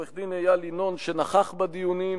עורך-הדין איל ינון, שנכח בדיונים,